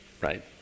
right